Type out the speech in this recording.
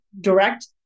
direct